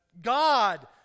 God